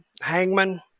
Hangman